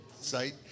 site